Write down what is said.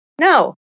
No